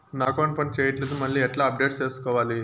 నా అకౌంట్ పని చేయట్లేదు మళ్ళీ ఎట్లా అప్డేట్ సేసుకోవాలి?